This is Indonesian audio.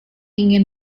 ingin